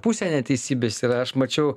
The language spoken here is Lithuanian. pusė neteisybės ir aš mačiau